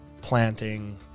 planting